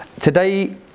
Today